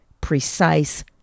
precise